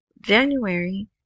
January